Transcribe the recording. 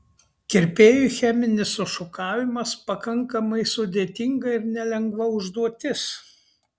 kirpėjui cheminis sušukavimas pakankamai sudėtinga ir nelengva užduotis